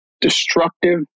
destructive